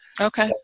Okay